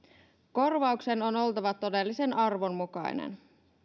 korvauksen on oltava todellisen arvon mukainen